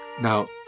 Now